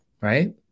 right